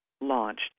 launched